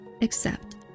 accept